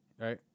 right